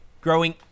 growing